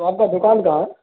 تو آپ کا دکان کہاں ہے